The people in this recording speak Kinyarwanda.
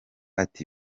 ati